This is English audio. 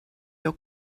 your